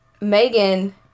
Megan